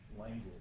language